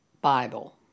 Bible